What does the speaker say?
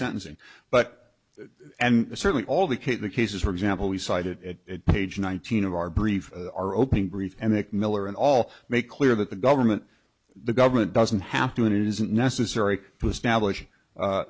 sentencing but and certainly all the case the cases for example he cited page nineteen of our brief our opening brief and then miller and all make clear that the government the government doesn't have to it isn't necessary